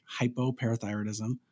hypoparathyroidism